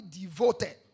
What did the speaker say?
devoted